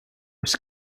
kus